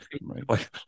Right